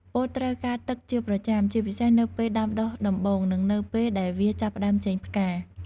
ពោតត្រូវការទឹកជាប្រចាំ ជាពិសេសនៅពេលដាំដុះដំបូង និងនៅពេលដែលវាចាប់ផ្ដើមចេញផ្កា។